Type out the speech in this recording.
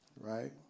Right